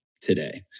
today